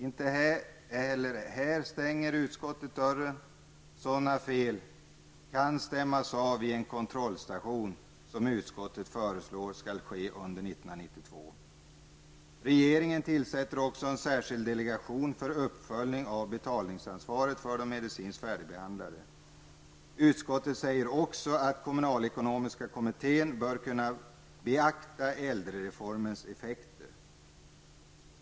Inte heller här stänger utskottet dörren. Sådana fel kan stämmas av vid en ''kontrollstation'', som utskottet föreslår skall ske under 1992. Regeringen tillsätter också en särskild delegation för uppföljning av betalningsansvaret för de medicinskt färdigbehandlade. Utskottet säger också att kommunalekonomiska kommittén bör kunna beakta äldrereformens effekter.